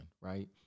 right